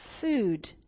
Food